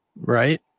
Right